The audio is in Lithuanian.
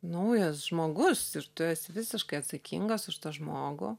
naujas žmogus ir tu esi visiškai atsakingas už tą žmogų